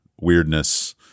weirdness